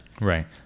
Right